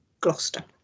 Gloucester